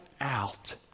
out